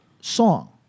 song